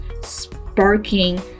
sparking